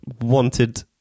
wanted